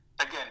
again